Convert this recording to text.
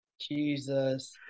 Jesus